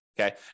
Okay